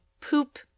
poop